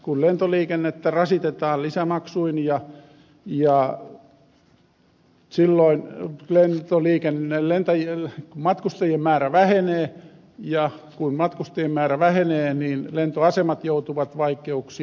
kun lentoliikennettä rasitetaan lisämaksuin silloin matkustajien määrä vähenee ja kun matkustajien määrä vähenee niin lentoasemat joutuvat vaikeuksiin